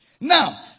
Now